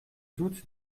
doute